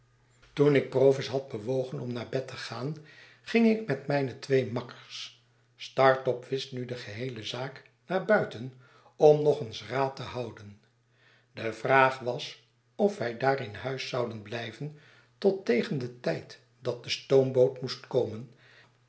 toen ik provis had bewogen om naar bed te gaan ging ik met mijne twee makkers startop wist nu de geheele zaak naar buiten om nog eens raad te houden de vraag was of wij daar in huis zouden blijven tot tegen den tijd dat de stoomboot moest komen